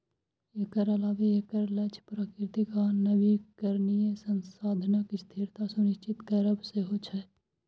एकर अलावे एकर लक्ष्य प्राकृतिक आ नवीकरणीय संसाधनक स्थिरता सुनिश्चित करब सेहो छै